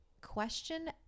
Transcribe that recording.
question